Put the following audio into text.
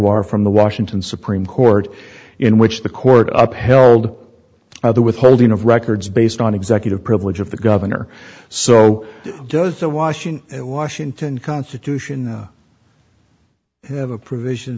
war from the washington supreme court in which the court upheld the withholding of records based on executive privilege of the governor so does the washing and washington constitution have a provision